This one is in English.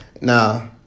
Now